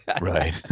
Right